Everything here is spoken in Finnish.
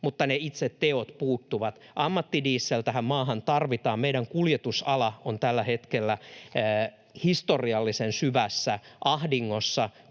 mutta ne itse teot puuttuvat. Ammattidiesel tähän maahan tarvitaan. Meidän kuljetusalamme on tällä hetkellä historiallisen syvässä ahdingossa